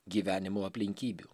gyvenimo aplinkybių